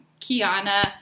Kiana